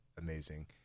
amazing